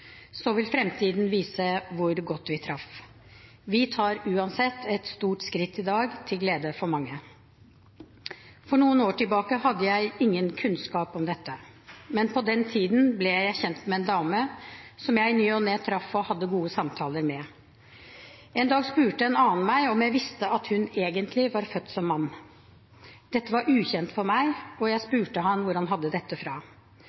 så vil fremtiden vise hvor godt vi traff. Vi tar uansett et stort skritt i dag, til glede for mange. For noen år siden hadde jeg ingen kunnskap om dette. Men på den tiden ble jeg kjent med en dame, som jeg i ny og ne traff og hadde gode samtaler med. En dag spurte en annen meg om jeg visste at hun egentlig var født som mann. Dette var ukjent for meg, og jeg spurte ham hvor han hadde dette fra.